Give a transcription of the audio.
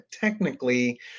technically